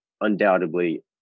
undoubtedly